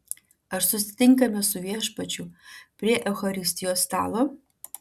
ar susitinkame su viešpačiu prie eucharistijos stalo